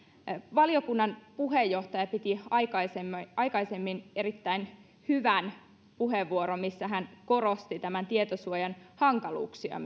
valiokunnan puheenjohtaja piti aikaisemmin aikaisemmin erittäin hyvän puheenvuoron missä hän korosti myöskin tietosuojan hankaluuksia